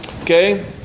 Okay